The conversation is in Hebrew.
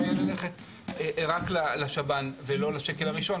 יהיה ללכת רק לשב"ן ולא לשקל הראשון,